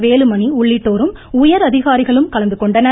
வேலுமணி உள்ளிட்டோரும் உயர்அதிகாரிகளும் கலந்துகொண்டனர்